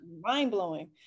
mind-blowing